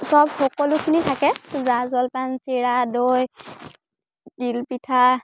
চব সকলোখিনি থাকে জা জলপান চিৰা দৈ তিলপিঠা